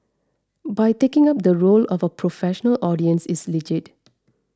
by taking up the role of a professional audience is legit